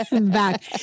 back